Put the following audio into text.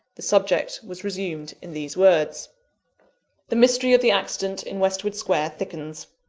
the subject was resumed in these words the mystery of the accident in westwood square thickens.